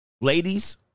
Ladies